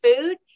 food